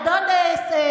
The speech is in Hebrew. אה,